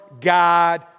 God